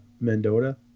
Mendota